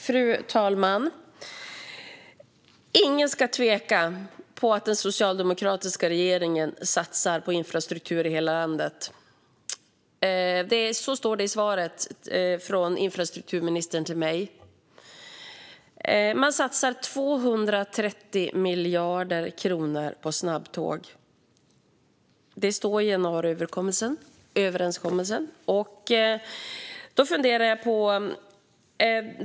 Fru talman! Ingen ska tvivla på att den socialdemokratiska regeringen satsar på infrastruktur i hela landet. Så säger infrastrukturministern i sitt svar till mig. Man satsar 230 miljarder kronor på snabbtåg. Det står i januariöverenskommelsen.